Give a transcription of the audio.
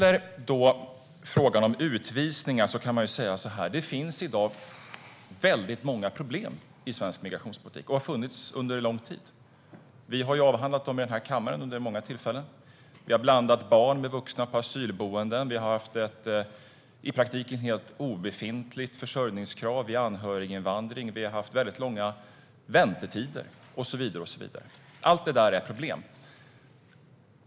När det gäller utvisningar finns det i dag många problem i svensk migrationspolitik. Det har det funnits under lång tid. Vi har avhandlat dem i den här kammaren vid många tillfällen. Barn har blandats med vuxna på asylboenden. Vi har haft ett i praktiken helt obefintligt försörjningskrav vid anhöriginvandring. Vi har haft väldigt långa väntetider, och så vidare. Allt det där är problem.